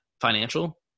Financial